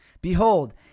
Behold